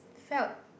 felt